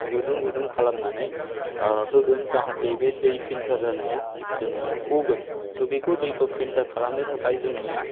गुदुं गुदुं खालामनानै होगोन जाहाथे बे दै फिल्टार जानाया जोंनिया गगोन थ' बेखौ दैखौ फिल्टार खालामनो थाखाय जोंनिया